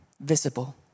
visible